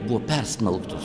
buvo persmelktos